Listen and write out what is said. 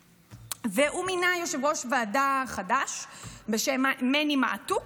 ומינה יושב-ראש ועדה חדש בשם מני מעתוק,